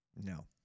No